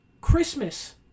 Christmas